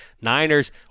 Niners